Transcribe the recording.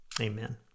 Amen